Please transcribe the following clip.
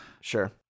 sure